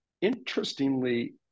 interestingly